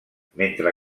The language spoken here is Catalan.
mentre